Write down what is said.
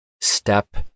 step